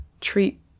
treat